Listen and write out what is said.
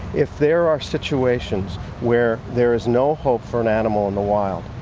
if there are situations where there is no hope for an animal in the wild,